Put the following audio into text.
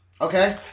Okay